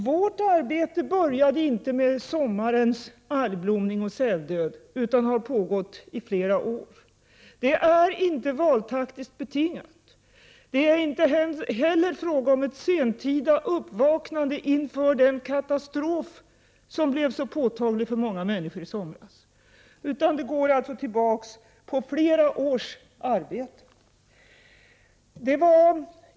Vårt arbete började inte med sommarens algblomning och säldöd, utan har pågått i flera år. Detta arbete är inte valtaktiskt betingat. Det är inte heller fråga om ett sentida uppvaknande inför den katastrof som blev så påtaglig för många människor i somras, utan det går tillbaka på flera års arbete.